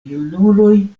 junuloj